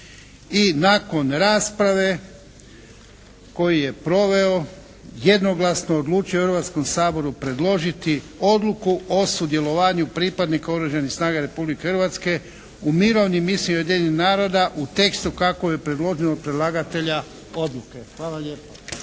I nakon rasprave koju je proveo jednoglasno odlučio Hrvatskom saboru predložiti Odluku o sudjelovanju pripadnika Oružanih snaga Republike Hrvatske u mirovnim misijama Ujedinjenih naroda u tekstu kako je predloženo od predlagatelja odluke. Hvala lijepo.